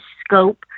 scope